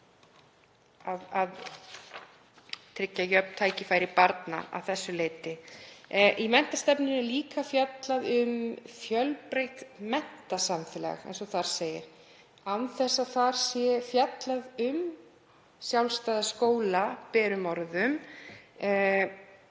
að tryggja jöfn tækifæri barna að þessu leyti. Í menntastefnunni er líka fjallað um fjölbreytt menntasamfélag, eins og þar segir, án þess að fjallað sé um sjálfstæða skóla berum orðum.